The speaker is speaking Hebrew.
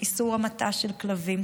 איסור המתה של כלבים,